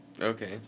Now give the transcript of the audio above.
Okay